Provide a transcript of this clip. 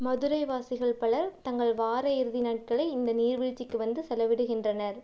மதுரைவாசிகள் பலர் தங்கள் வார இறுதி நாட்களை இந்த நீர்வீழ்ச்சிக்கு வந்து செலவிடுகின்றனர்